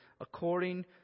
according